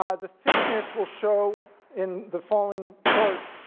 um the thickness will show in the following charts,